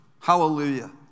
hallelujah